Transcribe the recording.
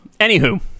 Anywho